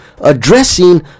addressing